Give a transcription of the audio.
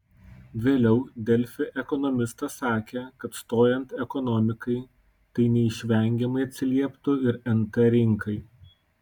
vėliau delfi ekonomistas sakė kad stojant ekonomikai tai neišvengiamai atsilieptų ir nt rinkai